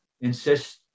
insist